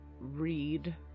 read